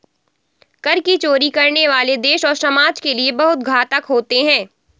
कर की चोरी करने वाले देश और समाज के लिए बहुत घातक होते हैं